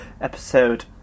episode